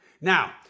Now